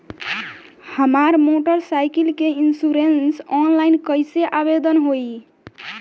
हमार motor cycle के इन्शुरन्सऑनलाइन कईसे आवेदन होई?